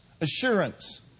assurance